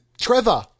Trevor